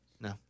No